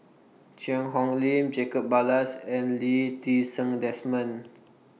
Cheang Hong Lim Jacob Ballas and Lee Ti Seng Desmond